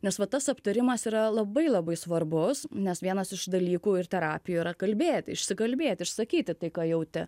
nes va tas aptarimas yra labai labai svarbus nes vienas iš dalykų ir terapijoj yra kalbėti išsikalbėti išsakyti tai ką jauti